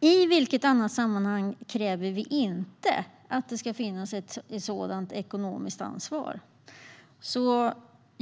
I vilket annat sammanhang kräver vi inte att det ska finnas ett sådant ekonomiskt ansvar?